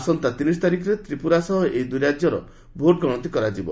ଆସନ୍ତା ମାସ ତିନି ତାରିଖରେ ତ୍ରିପୁରା ସହ ଏହି ଦୁଇ ରାଜ୍ୟର ଭୋଟ ଗଣତି କରାଯିବ